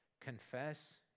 confess